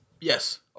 Yes